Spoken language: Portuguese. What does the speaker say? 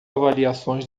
avaliações